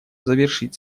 завершить